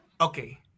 Okay